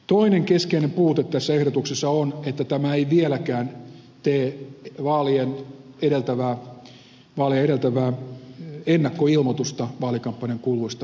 toinen keskeinen puute tässä ehdotuksessa on että tämä ei vieläkään tee vaaleja edeltävää ennakkoilmoitusta vaalikampanjan kuluista pakolliseksi